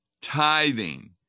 tithing